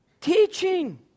teaching